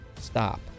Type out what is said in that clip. stop